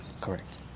correct